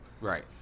Right